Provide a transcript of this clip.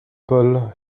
paul